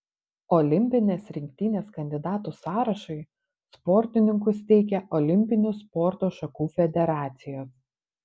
olimpinės rinktinės kandidatų sąrašui sportininkus teikia olimpinių sporto šakų federacijos